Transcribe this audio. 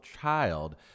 child